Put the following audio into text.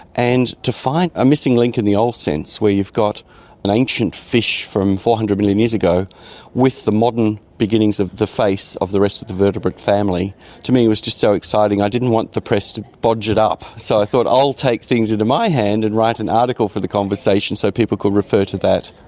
and to find a missing link in the old sense, where you've got an ancient fish from four hundred million years ago with the modern beginnings of the face of the rest of the vertebrate family to me was just so exciting. i didn't want the press to bodge it up, so i thought i'll take things into my hands and write an article for the conversation so people could refer to that.